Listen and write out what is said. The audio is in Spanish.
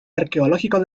arqueológico